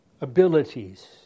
abilities